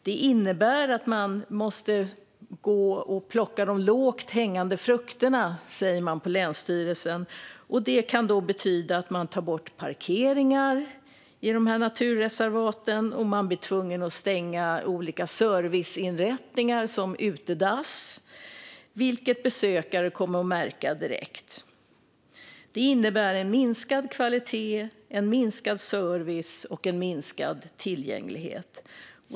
Det innebär att man måste plocka de lågt hängande frukterna, säger man på länsstyrelsen. Detta kan betyda att man tar bort parkeringar i naturreservaten eller att man blir tvungen att stänga olika typer av serviceinrättningar, såsom utedass, vilket besökare kommer att märka direkt. Det innebär en minskad kvalitet, en minskad service och en minskad tillgänglighet.